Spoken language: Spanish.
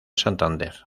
santander